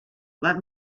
let